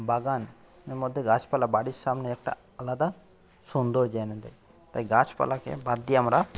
বাগান এর মধ্যে গাছপালা বাড়ির সামনে একটা আলাদা সৌন্দর্য এনে দেয় তাই গাছপালাকে বাদ দিয়ে আমরা